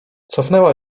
cofnęła